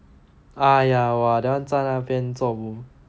uh ya !wah! that [one] 站在那边整